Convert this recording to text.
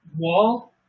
wall